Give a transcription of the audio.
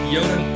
Yoda